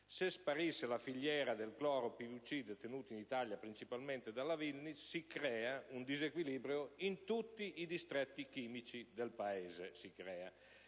Se sparisse la filiera del cloro-PVC, detenuto in Italia principalmente dalla Vinyls, si creerebbe un disequilibrio in tutti i distretti chimici del Paese.